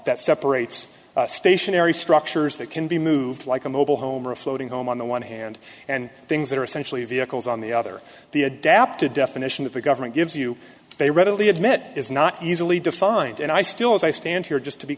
that separates stationary structures that can be moved like a mobile home or a floating home on the one hand and things that are essentially vehicles on the other the adapted definition that the government gives you they readily admit is not easily defined and i still as i stand here just to be